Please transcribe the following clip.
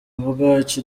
bwaki